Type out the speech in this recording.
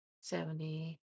seventy